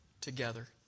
together